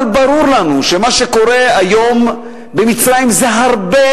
אבל ברור לנו שמה שקורה היום במצרים זה הרבה